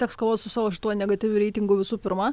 teks kovot su savo šituo negatyviu reitingu visų pirma